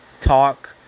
talk